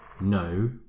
no